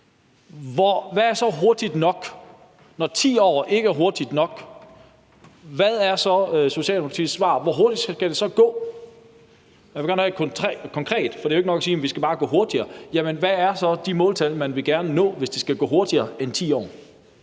ikke er hurtigt nok, hvad er så Socialdemokratiets svar på, hvor hurtigt det skal gå? Jeg vil gerne have et konkret svar, for det er jo ikke nok at sige, at det bare skal gå hurtigere. Hvad er de måltal, man gerne vil nå, hvis det skal gå hurtigere end 10 år?